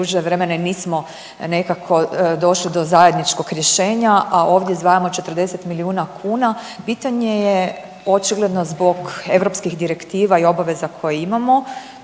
očigledno zbog europskih direktiva i obaveza koje imamo